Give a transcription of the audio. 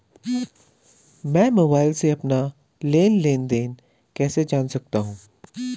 मैं मोबाइल से अपना लेन लेन देन कैसे जान सकता हूँ?